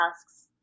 asks